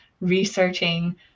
researching